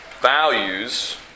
values